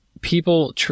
people